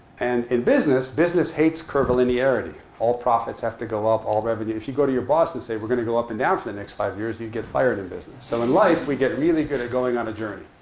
and in business, business hates curvilinearity. all profits have to go up, all revenue. if you go to your boss and say, we're going to go up and down for the next five years, you get fired in business. so in life, we get really good at going on a journey.